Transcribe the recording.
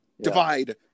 divide